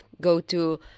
go-to